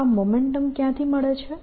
આ મોમેન્ટમ ક્યાંથી મળે છે